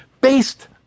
based